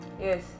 Yes